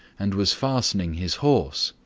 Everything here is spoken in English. and was fastening his horse.